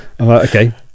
okay